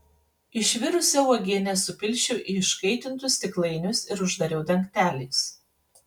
išvirusią uogienę supilsčiau į iškaitintus stiklainius ir uždariau dangteliais